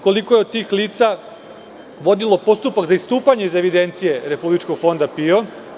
Koliko je od tih lica vodilo postupak za istupanje iz evidencije Republičkog fonda PIO?